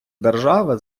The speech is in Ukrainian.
держави